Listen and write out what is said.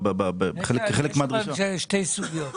עלו פה שתי סוגיות.